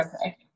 Okay